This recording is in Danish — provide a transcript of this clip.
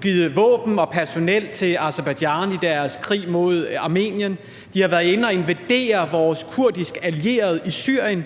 givet våben og personel til Aserbajdsjan i deres krig mod Armenien. De har været inde og invadere vores kurdiske allierede i Syrien,